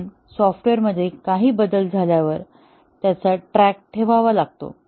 म्हणून सॉफ्टवेअरमध्ये काही बदल झाल्यावर त्याच ट्रॅक ठेवावा लागतो